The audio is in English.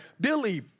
Billy